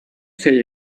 say